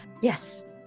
Yes